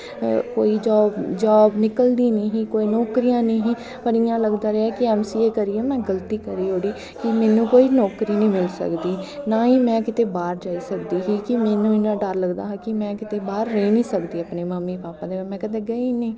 कोई जाब निकलदी निं कोई नौकरियां निं ही पर इ'यां लगदा रेहा कि ऐम सी ए करियै में गल्ती करी ओड़ी कि मैनू कोई नौकरी निं मिली सकदी ना ही में कुतै बाह्र जाई सकदी ही कि मैनू इन्ना डर लगदा हा कि में किते बाह्र रेही निं सकदी अपने मम्मा पापा दे बगैर कदें गेई नेईं ही